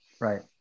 Right